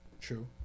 True